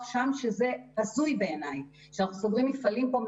שם שזה הזוי בעיניי שאנחנו סוגרים מפעלים פה,